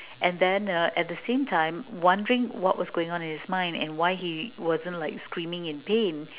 and then uh at the same time wondering what was going on in his mind and why he wasn't like screaming in pain